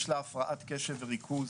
יש לה הפרעת קשב וריכוז,